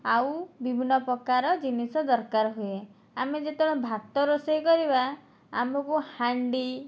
ଆଉ ବିଭିନ୍ନ ପ୍ରକାର ଜିନିଷ ଦରକାର ହୁଏ ଆମେ ଯେତେବେଳେ ଭାତ ରୋଷେଇ କରିବା ଆମକୁ ହାଣ୍ଡି